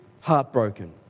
heartbroken